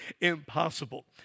impossible